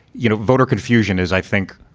you know, voter confusion is, i think,